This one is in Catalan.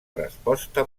resposta